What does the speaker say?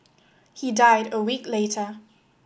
he died a week later